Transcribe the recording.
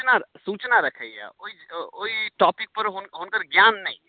सूचना सूचना रखैया ओहि टॉपिक पर हुनकर ज्ञान नहि छनि